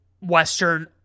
western